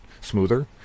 smoother